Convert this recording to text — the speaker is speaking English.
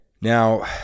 Now